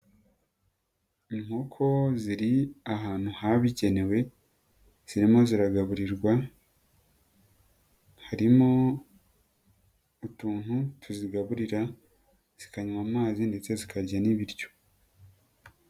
Inkoko ziri ahantu habugenewe, zirimo ziragaburirwa, harimo utuntu tuzigaburira, zikanywa amazi ndetse zikarya n'ibiryo.